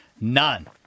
None